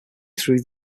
through